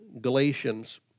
Galatians